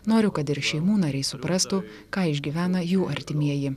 noriu kad ir šeimų nariai suprastų ką išgyvena jų artimieji